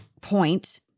point